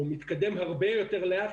או מתקדם הרבה יותר לאט,